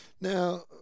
Now